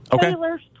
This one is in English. Taylor